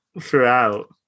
throughout